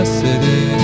city